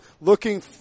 looking